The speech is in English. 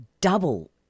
double